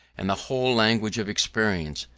and the whole language of experience,